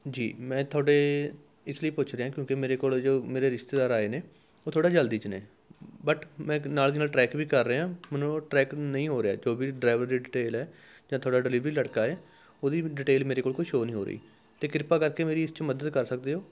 ਜੀ ਮੈਂ ਤੁਹਾਡੇ ਇਸ ਲਈ ਪੁੱਛ ਰਿਹਾ ਕਿਉਂਕਿ ਮੇਰੇ ਕੋਲ ਜੋ ਮੇਰੇ ਰਿਸ਼ਤੇਦਾਰ ਆਏ ਨੇ ਉਹ ਥੋੜ੍ਹਾ ਜਲਦੀ 'ਚ ਨੇ ਵਟ ਮੈਂ ਇੱਕ ਨਾਲ ਦੀ ਨਾਲ ਟਰੈਕ ਵੀ ਕਰ ਰਿਹਾ ਮੈਨੂੰ ਉਹ ਟਰੈਕ ਨਹੀਂ ਹੋ ਰਿਹਾ ਕਿਉਂਕਿ ਡਰਾਈਵਰ ਦੀ ਡੀਟੇਲ ਹੈ ਜਾਂ ਤੁਹਾਡਾ ਡਿਲੀਵਰੀ ਲੜਕਾ ਹੈ ਉਹਦੀ ਵੀ ਡੀਟੇਲ ਮੇਰੇ ਕੋਲ ਕੋਈ ਸ਼ੋਅ ਨਹੀਂ ਹੋ ਰਹੀ ਅਤੇ ਕ੍ਰਿਪਾ ਕਰਕੇ ਮੇਰੀ ਇਸ 'ਚ ਮਦਦ ਕਰ ਸਕਦੇ ਹੋ